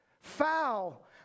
Foul